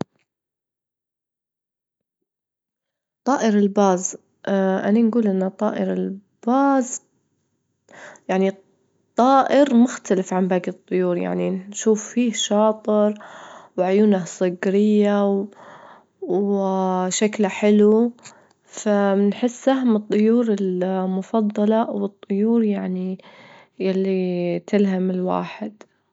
طائر الباز أنا نجول إن طائر الباز يعني طائر مختلف عن باجي الطيور، يعني نشوف فيه شاطر وعيونه صجرية وشكله حلو، فمنحسه من الطيور المفضلة، والطيور يعني ياللي تلهم الواحد.